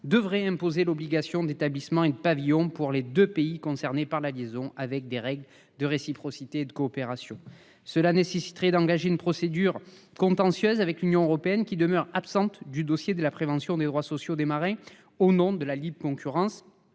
devrait imposer l'obligation d'établissement et de pavillon pour les deux pays concernés par les liaisons, ainsi que des règles de réciprocité et de coopération. Cela nécessiterait d'engager une procédure contentieuse avec l'Union européenne, qui demeure absente du dossier de la préservation des droits sociaux des marins au nom de la libre concurrence.